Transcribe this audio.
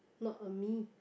not a me